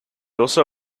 also